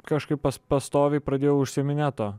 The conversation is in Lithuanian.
kažkaip pas pastoviai pradėjau užsiiminėt tuo